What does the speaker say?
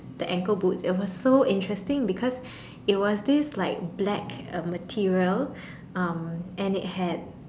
the ankle boots it was so interesting because it was this like black uh material um and it had